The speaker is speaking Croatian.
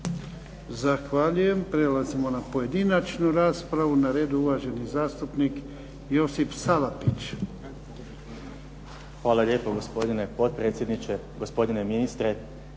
Zahvaljujem. Prelazimo na pojedinačnu raspravu, na redu je uvažani zastupnik Josip Salapić. **Salapić, Josip (HDZ)** Hvala lijepo gospodine potpredsjedniče. Gospodine ministre